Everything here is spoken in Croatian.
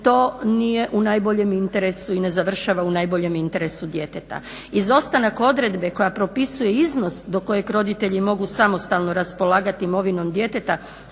to nije u najboljem interesu i ne završava u najboljem interesu djeteta. Izostanak odredbe koja propisuje iznos do kojeg roditelji mogu samostalno raspolagati imovinom djeteta